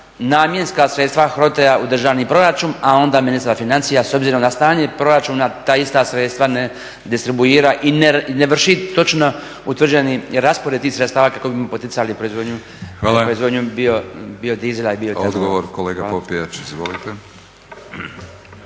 namjenska sredstva HROTE-a u državni proračun, a onda ministar financija s obzirom na stanje proračuna ta ista sredstva ne distribuira i ne vrši točno utvrđeni raspored tih sredstava kako bismo poticali proizvodnju biodizela i bioetanola. **Batinić, Milorad